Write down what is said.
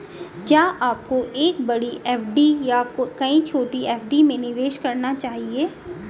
क्या आपको एक बड़ी एफ.डी या कई छोटी एफ.डी में निवेश करना चाहिए?